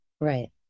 right